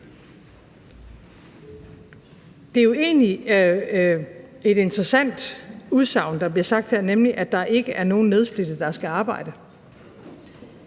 Det er jo egentlig et interessant udsagn, der bliver sagt her, nemlig at der ikke er nogen nedslidte, der skal arbejde.